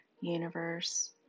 universe